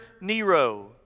Nero